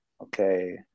Okay